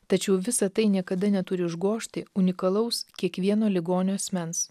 tačiau visa tai niekada neturi užgožti unikalaus kiekvieno ligonio asmens